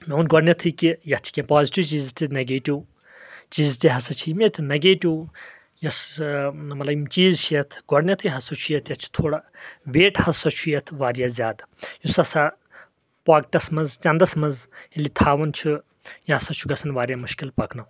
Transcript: مےٚ ووٚن گۄڈنیٚتھے کہِ یتھ چھِ کینٛہہ پازٹِو چیٖزز تہِ نگیٹو چیٖٖز تہِ ہسا چھِ یِم یتھ نگیٹو یۄس اۭ مطلب یِم چیٖز چھِ یتھ گۄڈنیٚتھے ہسا چھُ یتھ یَتھ چھُ تھوڑا ویٹ ہسا چھُ یتھ واریاہ زیادٕ یُس ہسا پاکیٹس منٛز چندَس منٛز ییٚلہِ تھاوان چھ یہِ ہسا چھُ گژھان واریاہ مشکِل پکناوُن